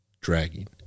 dragging